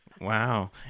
Wow